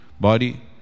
body